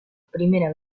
primera